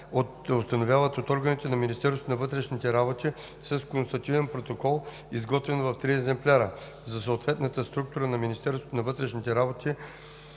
установяват от органите на Министерството на вътрешните работи с констативен протокол, изготвен в три екземпляра – за съответната структура на Министерството на вътрешните работи,